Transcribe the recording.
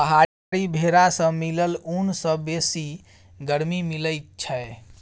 पहाड़ी भेरा सँ मिलल ऊन सँ बेसी गरमी मिलई छै